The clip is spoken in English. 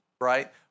right